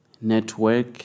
network